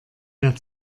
der